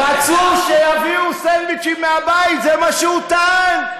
רצו שיביאו סנדוויצ'ים מהבית, זה מה שהוא טען.